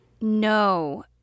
No